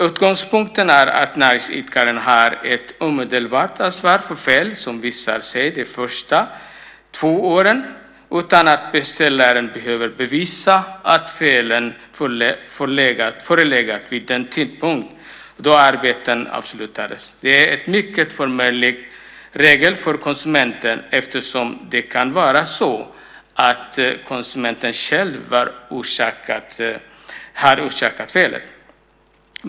Utgångspunkten är att näringsidkaren har ett omedelbart ansvar för fel som visar sig de första två åren utan att beställaren behöver bevisa att felen förelegat vid den tidpunkt då arbetena avslutades. Det är en mycket förmånlig regel för konsumenten, eftersom det kan vara så att konsumenten själv har orsakat felet.